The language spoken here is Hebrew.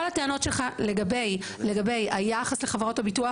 כל הטענות שלך לגבי היחס לחברות הביטוח